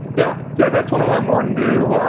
yeah yeah. that's one of our more new,